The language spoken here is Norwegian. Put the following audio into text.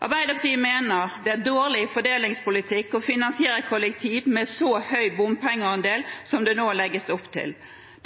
Arbeiderpartiet mener det er dårlig fordelingspolitikk å finansiere kollektivinfrastruktur med en så høy bompengeandel som det nå legges opp til.